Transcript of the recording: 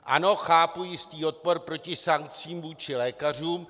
Ano, chápu jistý odpor proti sankcím vůči lékařům.